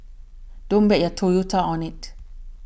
don't bet your Toyota on it